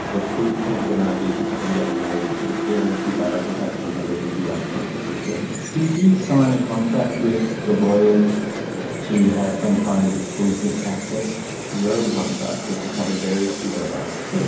the state can't deny gay people from getting married because it's guaranteed by our protections under the us constitution. did you sign a contract with the lawyers to have some kind of exclusive access to? no contracts, which was probably very stupid of us.